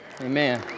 Amen